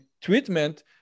treatment